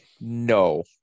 No